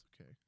okay